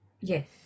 yes